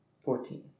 Fourteen